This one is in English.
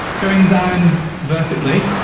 going down, vertically,